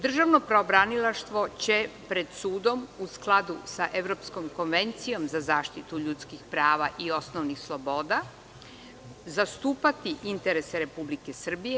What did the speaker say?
Državno pravobranilaštvo će pred sudom u skladu sa Evropskom konvencijom za zaštitu ljudskih prava i osnovnih sloboda zastupati interese Republike Srbije.